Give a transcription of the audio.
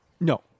No